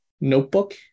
notebook